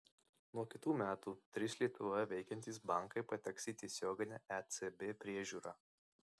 nuo kitų metų trys lietuvoje veikiantys bankai pateks į tiesioginę ecb priežiūrą